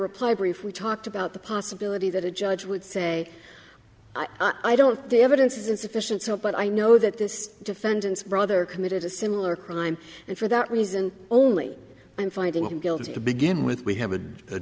reply brief we talked about the possibility that a judge would say i don't the evidence is insufficient so but i know that this defendant's brother committed a similar crime and for that reason only i'm finding him guilty to begin with we have a